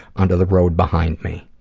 onto the road behind me.